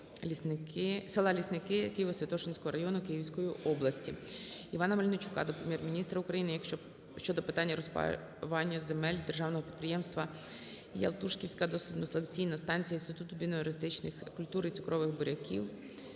села Лісники Києво-Святошинського району Київської області. Івана Мельничука до Прем'єр-міністра України щодо питання розпаювання земель державного підприємства "Ялтушківська дослідно-селекційна станція" Інституту біоенергетичних культур і цукрових буряків